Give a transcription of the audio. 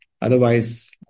Otherwise